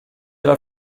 alla